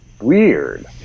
weird